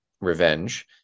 revenge